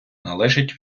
належить